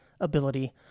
ability